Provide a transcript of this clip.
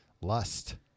lust